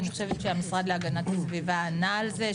אני חושבת שהמשרד להגנת הסביבה ענה על זה,